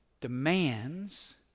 demands